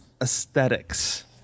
aesthetics